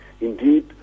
Indeed